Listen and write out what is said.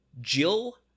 Jill